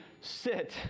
sit